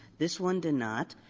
this one did not.